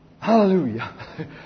Hallelujah